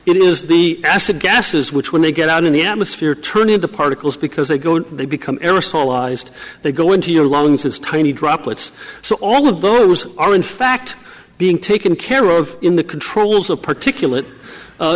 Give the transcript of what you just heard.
it is the acid gases which when they get out in the atmosphere turn into particles because they go in they become aerosolized they go into your lungs as tiny droplets so all of those are in fact being taken care of in the controls of particula